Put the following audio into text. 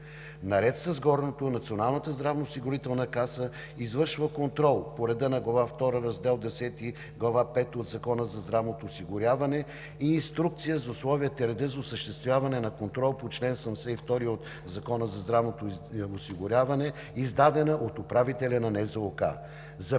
Наред с горното Националната здравноосигурителна каса извършва контрол по реда на Глава втора, Раздел X, Глава пета от Закона за здравното осигуряване и инструкция за условията и реда за осъществяване на контрол по чл. 72 от Закона за здравното осигуряване, издадена от управителя на Националната